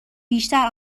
بیشتر